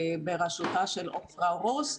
בראשותה של עפרה רוס,